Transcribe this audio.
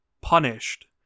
punished